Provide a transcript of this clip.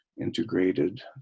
integrated